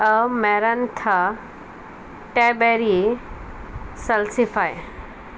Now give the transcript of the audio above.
मेरंथा टॅबॅरी सल्सिफाय